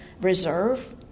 reserve